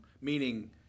meaning